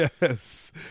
Yes